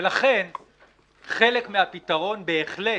לכן חלק מן הפתרון בהחלט